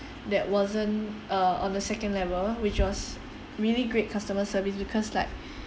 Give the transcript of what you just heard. that wasn't uh on the second level which was really great customer service because like